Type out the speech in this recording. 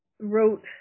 wrote